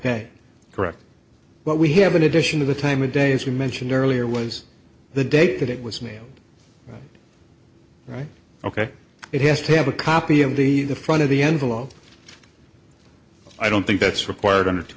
day correct but we have an addition to the time of day as you mentioned earlier was the date that it was mailed right ok it has to have a copy of the the front of the envelope i don't think that's required